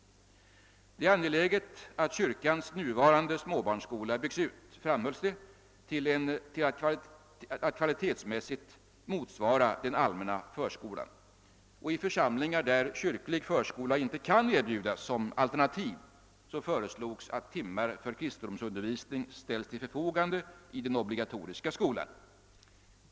Det framhölls att det är angeläget att kyrkans nuvarande småbarnsskola byggs ut till att kvalitetsmässigt motsvara den allmänna förskolan, och i församlingar där kyrklig förskola inte kan erbjudas som alternativ förordades att timmar för kristendomsundervisning ställs till förfogande i den obligatoriska skolan.